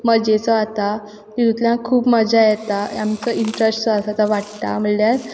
मजेचो जाता तितूंतल्यान खूब मजा येता आमकां इंटरेस्ट जो आसा तो वाडटा म्हणल्यार एक